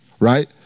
right